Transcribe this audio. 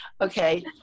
Okay